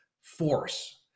force